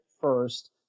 first